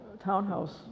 townhouse